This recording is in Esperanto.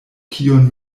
kiun